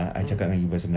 mm